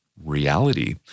reality